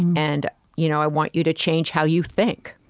and you know i want you to change how you think.